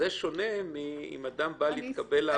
זה שונה מאשר אדם שבא להתקבל לעבודה.